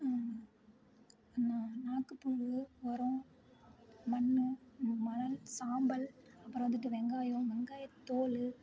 நாக்குப் புழு ஒரம் மண் மணல் சாம்பல் அப்புறம் வந்துட்டு வெங்காயம் வெங்காயத்தோல்